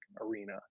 arena